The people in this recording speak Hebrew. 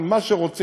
עם מה שרוצים,